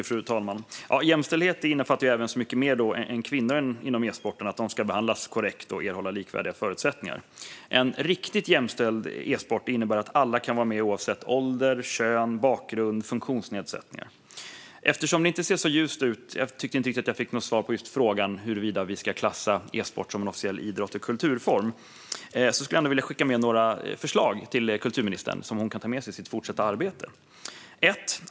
Fru talman! Jämställdhet innefattar mycket mer än att kvinnor inom e-sporten ska behandlas korrekt och erhålla likvärdiga förutsättningar. En riktigt jämställd e-sport innebär att alla kan vara med oavsett ålder, kön, bakgrund och funktionsnedsättningar. Eftersom det inte ser så ljust ut - jag tycker inte riktigt att jag fick något svar på just frågan huruvida vi ska klassa e-sport som en officiell idrott och kulturform - skulle jag vilja skicka med kulturministern några förslag som hon kan ta med sig i sitt fortsatta arbete.